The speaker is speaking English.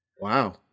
wow